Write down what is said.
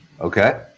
Okay